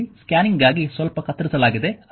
ಇಲ್ಲಿ ಸ್ಕ್ಯಾನಿಂಗ್ಗಾಗಿ ಸ್ವಲ್ಪ ಕತ್ತರಿಸಲಾಗಿದೆ